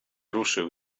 ruszył